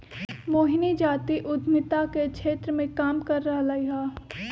मोहिनी जाति उधमिता के क्षेत्र मे काम कर रहलई ह